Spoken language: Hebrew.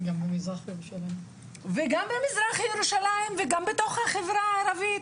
וגם במזרח ירושלים, וגם בתוך החברה הערבית.